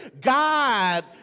God